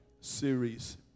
series